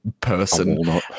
person